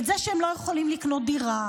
את זה שהם לא יכולים לקנות דירה,